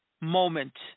moment